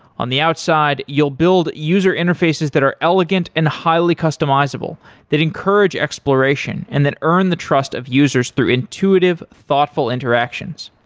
on the outside, you'll build user interfaces that are elegant and highly customizable that encourage exploration and then earn the trust of users through intuitive, thoughtful interactions.